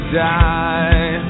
die